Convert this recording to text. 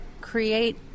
create